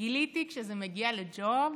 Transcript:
גיליתי שכשזה מגיע לג'וב